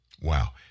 Wow